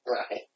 Right